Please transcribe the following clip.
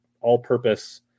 all-purpose